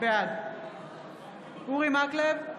בעד אורי מקלב,